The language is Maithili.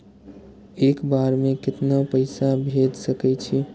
एक बार में केतना पैसा भेज सके छी?